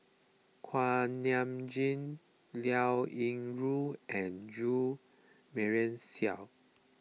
Kuak Nam Jin Liao Yingru and Jo Marion Seow